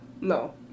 No